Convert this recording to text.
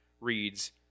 reads